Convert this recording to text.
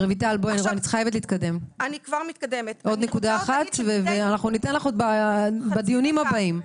עוד ניתן לך בדיונים הבאים.